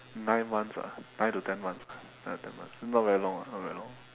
nine months ah nine to ten months ah nine to ten months not very long ah not very long